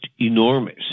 enormous